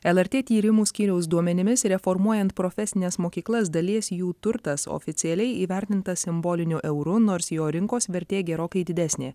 lrt tyrimų skyriaus duomenimis reformuojant profesines mokyklas dalies jų turtas oficialiai įvertintas simboliniu euru nors jo rinkos vertė gerokai didesnė